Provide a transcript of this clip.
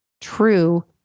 true